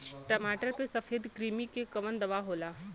टमाटर पे सफेद क्रीमी के कवन दवा होला?